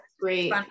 great